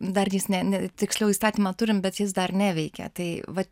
dar ne ne tiksliau įstatymą turim bet jis dar neveikia tai vat